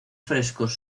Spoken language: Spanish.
frescos